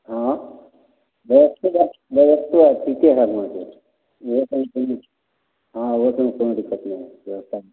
आँ व्यवस्था बात व्यवस्थे आर ठीके हए हुआँके इहे सबमे कनी हँ ओइ सबमे कोनो दिक्कत नहि हय व्यवस्थामे